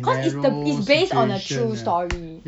because it's the it's based on a true story